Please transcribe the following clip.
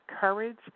courage